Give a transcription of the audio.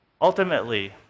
ultimately